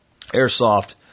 Airsoft